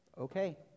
okay